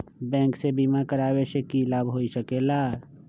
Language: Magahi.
बैंक से बिमा करावे से की लाभ होई सकेला?